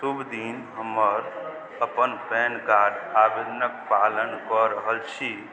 शुभ दिन हमर अपन पैन कार्ड आवेदनके पालन कऽ रहल छी